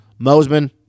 Moseman